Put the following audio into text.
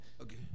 Okay